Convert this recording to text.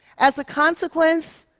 as a consequence,